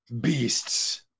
Beasts